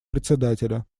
председателя